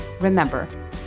remember